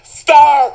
star